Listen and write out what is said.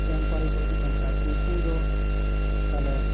temporary ᱠᱚ ᱦᱤᱡᱩ ᱠᱟᱱ ᱦᱟᱱ ᱩᱱᱠᱩ ᱫᱚ ᱛᱟᱦᱚᱞᱮ